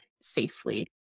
safely